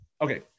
okay